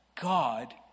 God